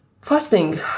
fasting